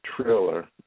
Trailer